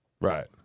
Right